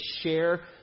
share